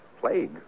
Plague